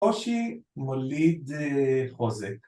קושי מוליד חוזק